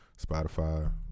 Spotify